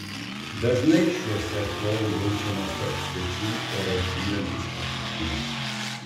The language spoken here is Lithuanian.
dažnai šiuose šou jaučiamas tarp svečių ore tvyrantis priešiškumas